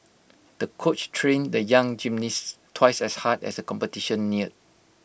the coach trained the young gymnast twice as hard as the competition neared